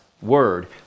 Word